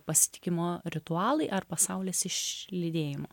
pasitikimo ritualai arba saulės išlydėjimo